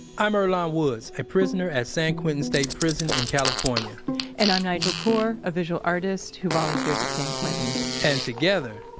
i'm earlonne woods, a prisoner at san quentin state prison in california and i'm nigel poor, a visual artist who volunteers at san quentin and together,